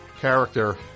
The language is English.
character